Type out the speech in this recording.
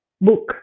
book